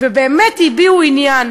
והם באמת הביעו עניין.